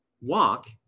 Walk